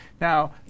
Now